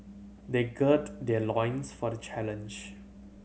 they gird their loins for the challenge